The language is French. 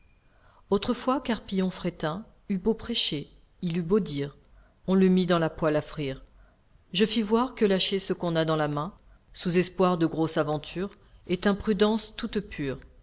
autrefois carpillon fretin eut beau prêcher il eut beau dire on le mit dans la poêle à frire je fis voir que lâcher ce qu'on a dans la main sous espoir de grosse aventure est imprudence toute pure